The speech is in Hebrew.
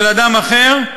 של אדם אחר,